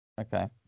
okay